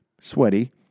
sweaty